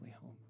home